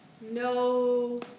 No